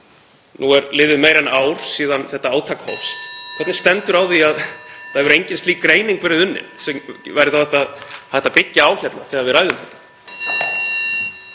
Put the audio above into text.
Nú er liðið meira en ár síðan þetta átak hófst — hvernig stendur á því að engin slík greining hefur verið unnin sem væri þá hægt að byggja á þegar við ræðum þetta?